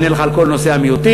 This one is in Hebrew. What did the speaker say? אענה לך על כל נושא המיעוטים.